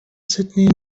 sydney